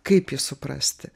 kaip jį suprasti